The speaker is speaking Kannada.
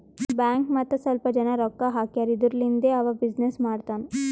ಬ್ಯಾಂಕ್ ಮತ್ತ ಸ್ವಲ್ಪ ಜನ ರೊಕ್ಕಾ ಹಾಕ್ಯಾರ್ ಇದುರ್ಲಿಂದೇ ಅವಾ ಬಿಸಿನ್ನೆಸ್ ಮಾಡ್ತಾನ್